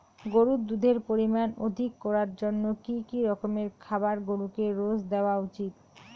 গরুর দুধের পরিমান অধিক করার জন্য কি কি রকমের খাবার গরুকে রোজ দেওয়া উচিৎ?